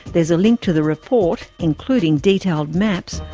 there's a link to the report, including detailed maps,